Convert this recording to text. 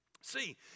See